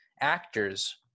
actors